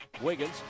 Wiggins